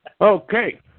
Okay